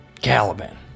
Caliban